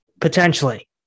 Potentially